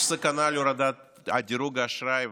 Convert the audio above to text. יש סכנה להורדת דירוג האשראי,